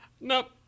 nope